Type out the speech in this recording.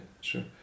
sure